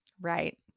Right